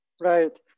Right